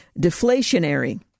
deflationary